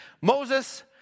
Moses